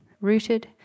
rooted